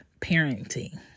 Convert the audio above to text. parenting